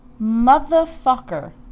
motherfucker